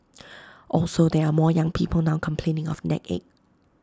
also there are more young people now complaining of neck ache